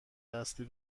اصلی